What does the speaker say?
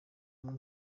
hamwe